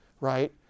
right